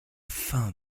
fin